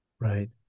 Right